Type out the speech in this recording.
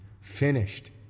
finished